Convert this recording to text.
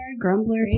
Grumbler